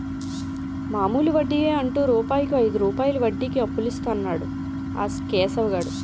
మామూలు వడ్డియే అంటు రూపాయికు ఐదు రూపాయలు వడ్డీకి అప్పులిస్తన్నాడు ఆ కేశవ్ గాడు